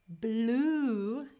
blue